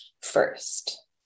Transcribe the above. first